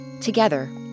together